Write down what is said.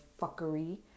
fuckery